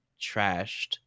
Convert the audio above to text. trashed